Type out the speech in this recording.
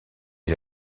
est